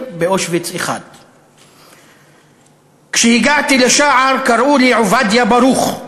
באושוויץ 1. "כשהגעתי לשער קראו לי עובדיה ברוך,